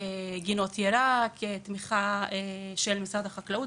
גינות ירק בתמיכה של משרד החקלאות.